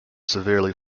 severely